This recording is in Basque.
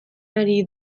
ari